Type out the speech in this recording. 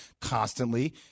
constantly